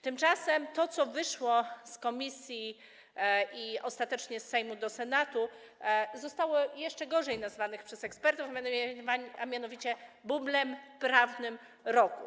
Tymczasem to, co wyszło z komisji i ostatecznie z Sejmu do Senatu, zostało jeszcze gorzej nazwane przez ekspertów, a mianowicie bublem prawnym roku.